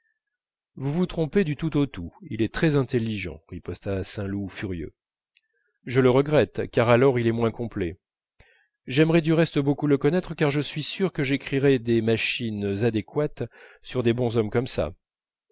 vous vous trompez du tout au tout il est très intelligent riposta saint loup furieux je le regrette car alors il est moins complet j'aimerais du reste beaucoup le connaître car je suis sûr que j'écrirais des machines adéquates sur des bonshommes comme ça